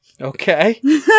okay